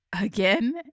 Again